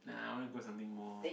nah I want to go something more